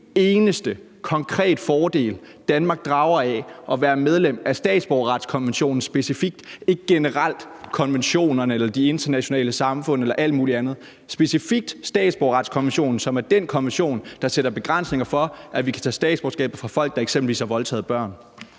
nævne en eneste konkret fordel, Danmark drager af at være medlem af statsborgerretskonventionen specifikt – ikke generelt konventionerne eller det internationale samfund eller alt muligt andet, men specifikt statsborgerretskonventionen, som er den konvention, der sætter begrænsninger for, at vi kan tage statsborgerskabet fra folk, der eksempelvis har voldtaget børn.